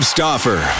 Stoffer